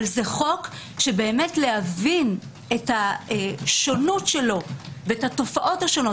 אבל זה חוק שלהבין את השונות שלו ואת התופעות השונות